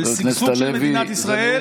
של שגשוג של מדינת ישראל,